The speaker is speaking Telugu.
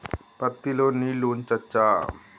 పత్తి లో నీళ్లు ఉంచచ్చా?